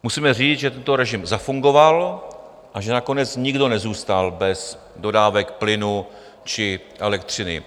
Musíme říct, že tento režim zafungoval a že nakonec nikdo nezůstal bez dodávek plynu či elektřiny.